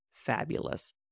fabulous